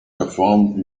perform